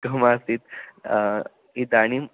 आम् आसीत् इदनीं